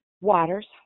waters